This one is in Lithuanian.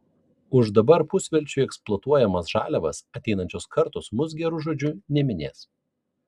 už dabar pusvelčiui eksploatuojamas žaliavas ateinančios kartos mus geru žodžiu neminės